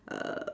uh